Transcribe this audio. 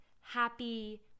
happy